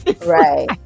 Right